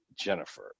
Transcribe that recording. jennifer